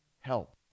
help